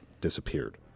disappeared